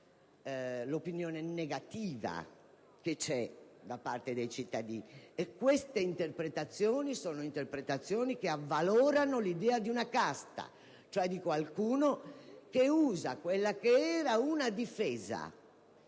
l'opinione negativa da parte dei cittadini. Queste interpretazioni avvalorano l'idea di una casta, cioè di qualcuno che usa quella che era una difesa